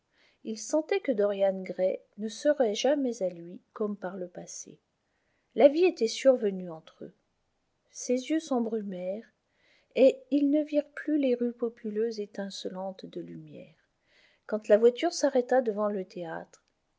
il sentait que dorian gray ne serait jamais à lui comme par le passé la vie était survenue entre eux ses yeux s'embrumèrent et ils ne virent plus les rues populeuses étincelantes de lumière quand la voiture s'arrêta devant le théâtre